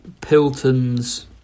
Pilton's